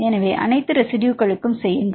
எனவே அனைத்து ரெசிடுயுளுக்கும் செய்யுங்கள்